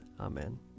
Amen